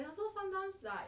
it also sometimes like